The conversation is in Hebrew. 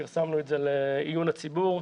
פרסמנו את זה לעיון הציבור.